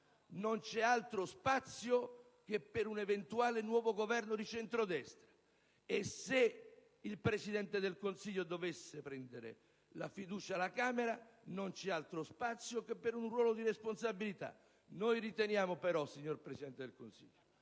- sarà solo per un eventuale nuovo Governo di centrodestra; e se il Presidente del Consiglio dovesse ricevere la fiducia alla Camera, non c'è altro spazio che per un ruolo di responsabilità. Noi riteniamo però, signor Presidente del Consiglio,